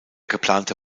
geplante